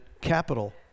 capital